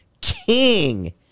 King